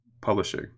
publishing